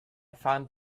find